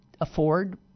afford